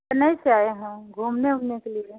चेन्नई से आए हम घूमने ऊमने के लिए